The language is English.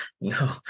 No